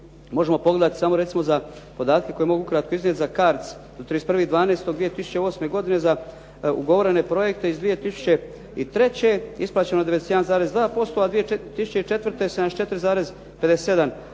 možemo pogledati samo recimo za podatke koje mogu ukratko iznijeti za CARDS do 31.12.2008. godine za ugovorene projekte iz 2003. isplaćeno je 91,2%, a 2004. 74,57